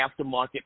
aftermarket